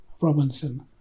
Robinson